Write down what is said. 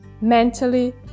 mentally